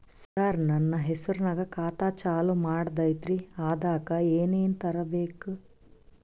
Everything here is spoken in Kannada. ಸರ, ನನ್ನ ಹೆಸರ್ನಾಗ ಖಾತಾ ಚಾಲು ಮಾಡದೈತ್ರೀ ಅದಕ ಏನನ ತರಬೇಕ?